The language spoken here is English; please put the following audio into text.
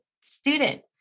student